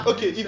Okay